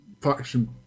faction